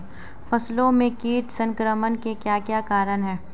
फसलों में कीट संक्रमण के क्या क्या कारण है?